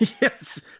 Yes